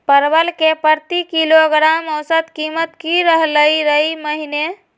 परवल के प्रति किलोग्राम औसत कीमत की रहलई र ई महीने?